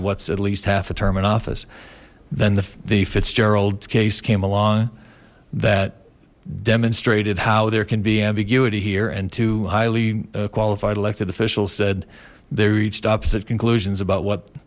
what's at least half a term in office then the the fitzgerald case came along that demonstrated how there can be ambiguity here and too highly qualified elected officials said their each tapas at conclusions about what